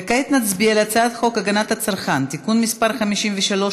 וכעת נצביע על הצעת חוק הגנת הצרכן (תיקון מס' 53),